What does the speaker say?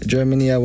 Germany